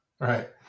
Right